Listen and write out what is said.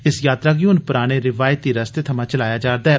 इस यात्रा गी हून पराने रिवायती रस्ते थमां चलाया जा'रदा ऐ